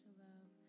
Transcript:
love